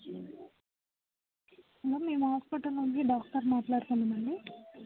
hello మేము hospital నుండి doctor మాట్లాడుతున్నామండి